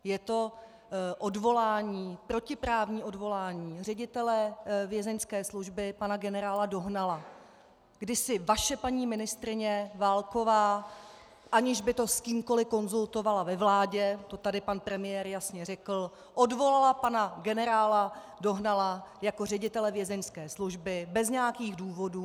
Je to odvolání, protiprávní odvolání ředitele Vězeňské služby pana generála Dohnala, kdy si vaše paní ministryně Válková, aniž by to s kýmkoli konzultovala ve vládě, to tady pan premiér jasně řekl, odvolala pana generála Dohnala jako ředitele Vězeňské služby bez nějakých důvodů.